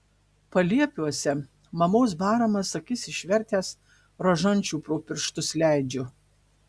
paliepiuose mamos baramas akis išvertęs rožančių pro pirštus leidžiu